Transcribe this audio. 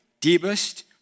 deepest